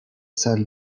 salles